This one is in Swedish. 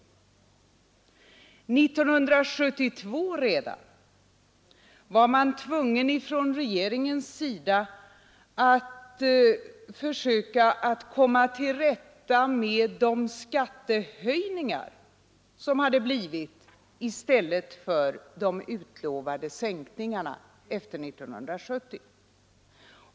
Redan 1972 var regeringen tvungen att försöka komma till rätta med de skattehöjningar som vi fick i stället för de utlovade skattesänkningarna efter 1970.